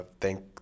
thank